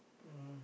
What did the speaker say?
um